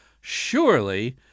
Surely